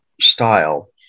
style